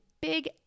big